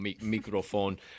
microphone